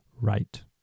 right